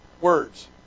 words